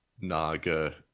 naga